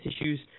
issues